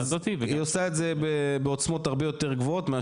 אז היא עושה את זה בעוצמות הרבה יותר גבוהות,